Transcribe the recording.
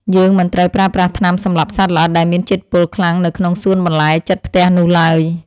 យើងមិនត្រូវប្រើប្រាស់ថ្នាំសម្លាប់សត្វល្អិតដែលមានជាតិពុលខ្លាំងនៅក្នុងសួនបន្លែជិតផ្ទះនោះឡើយ។